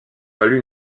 valu